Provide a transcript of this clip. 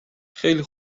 خیلی